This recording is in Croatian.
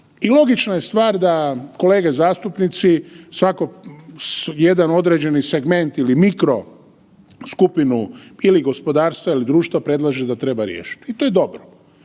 I logična je stvar da kolege zastupnici svako jedan određeni segment ili mikro skupinu ili gospodarstva ili društva predlaže da treba riješiti i to je dobro.